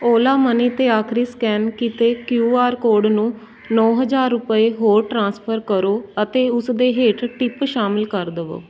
Ola money 'ਤੇ ਆਖਰੀ scan ਕੀਤੇ ਕੀਊ ਆਰ ਕੋਡ ਨੂੰ ਨੌ ਹਜ਼ਾਰ ਰੁਪਏ ਹੋਰ ਟ੍ਰਾਂਸਫਰ ਕਰੋ ਅਤੇ ਉਸ ਦੇ ਹੇਠ ਟਿਪ ਸ਼ਾਮਿਲ ਕਰ ਦੇਵੋ